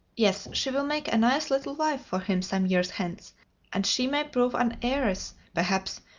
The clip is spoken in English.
yes she will make a nice little wife for him some years hence and she may prove an heiress, perhaps,